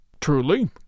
Truly